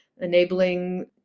enabling